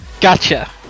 Gotcha